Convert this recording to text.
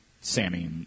Sammy